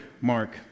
Mark